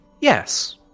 Yes